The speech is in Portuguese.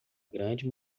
grande